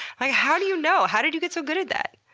ah how do you know? how did you get so good at that?